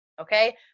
okay